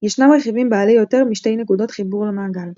ישנם רכיבים בעלי יותר משתי נקודות חיבור למעגל.